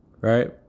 right